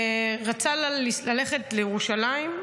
רצה ללכת לירושלים,